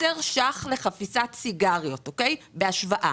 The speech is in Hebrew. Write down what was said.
10 שקלים לחפיסת סיגריות, בהשוואה.